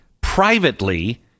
privately